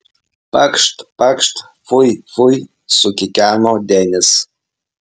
pakšt pakšt fui fui sukikeno denis